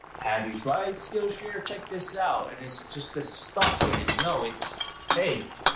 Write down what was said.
have you tried skillshare? check this out. it's just the stock footage. no, it's hey.